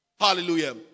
Hallelujah